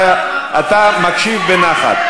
אתה מקשיב בנחת.